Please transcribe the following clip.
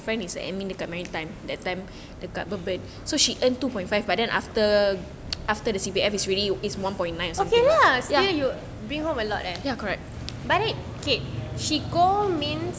okay lah ya still you bring home a lot leh but it okay she go means